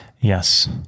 Yes